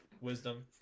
wisdom